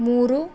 ಮೂರು